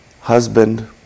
husband